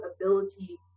ability